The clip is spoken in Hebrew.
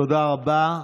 תודה רבה.